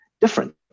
different